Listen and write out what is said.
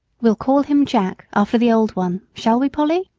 we'll call him jack, after the old one shall we, polly?